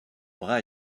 bras